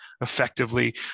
effectively